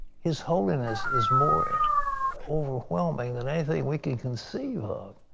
his holiness is more overwhelming than anything we can conceive of.